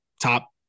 top